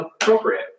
appropriate